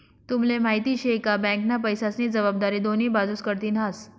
तुम्हले माहिती शे का? बँकना पैसास्नी जबाबदारी दोन्ही बाजूस कडथीन हास